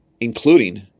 including